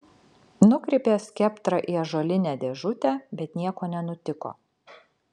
nukreipė skeptrą į ąžuolinę dėžutę bet nieko nenutiko